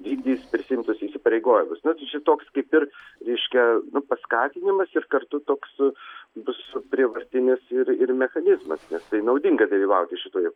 vykdys prisiimtus įsipareigojimus na tai čia toks kaip ir reiškia nu paskatinimas ir kartu toks bus prievartinis ir ir mechanizmas nes tai naudinga dalyvauti šitoj